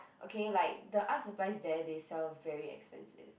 okay like the art supplies there they sell very expensive